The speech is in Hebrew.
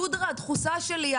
הפודרה הדחוסה שלי,